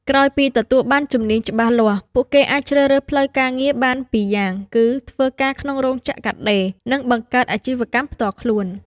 ក្រោយពីទទួលបានជំនាញច្បាស់លាស់ ពួកគេអាចជ្រើសរើសផ្លូវការងារបានពីរយ៉ាងគឺ ធ្វើការក្នុងរោងចក្រកាត់ដេរ និងបង្កើតអាជីវកម្មផ្ទាល់ខ្លួន។